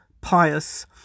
pious